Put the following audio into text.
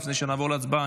לפני שנעבור להצבעה,